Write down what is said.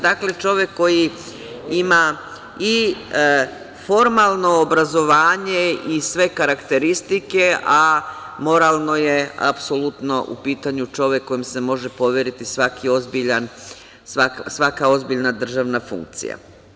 Dakle, čovek koji ima i formalno obrazovanje i sve karakteristike, a moralno je apsolutno čovek kome se može poveriti svaka ozbiljna državna funkcija.